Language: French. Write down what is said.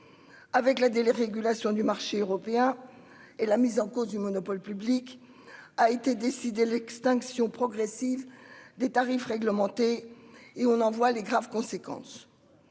Avec la dérégulation du marché européen et la mise en cause du monopole public a été décidée l'extinction progressive des tarifs réglementés et on envoie les graves conséquences.